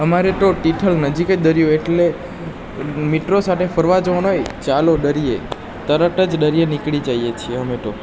અમારે તો તિથલ નજીક જ દરિયો એટલે મિત્રો સાથે ફરવા જવાનું હોય ચાલો દરિયે તરત જ દરિયે નીકળી જઈએ છીએ અમે તો